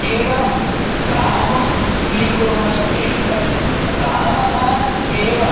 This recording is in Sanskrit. केवलं रामं स्वीकुर्मश्चेत् रामः एव